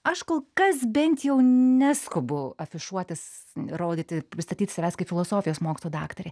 aš kol kas bent jau neskubu afišuotis rodyti pristatyti savęs kaip filosofijos mokslų daktarė